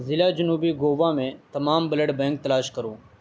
ضلع جنوبی گووا میں تمام بلڈ بینک تلاش کرو